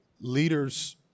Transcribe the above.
leaders